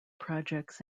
projects